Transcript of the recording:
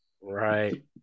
Right